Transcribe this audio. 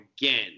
again